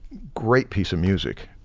great piece of music,